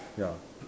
ya